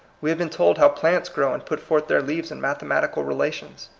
we have been told how plants grow and put forth their leaves in mathematical relations.